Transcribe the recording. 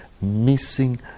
missing